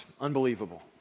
unbelievable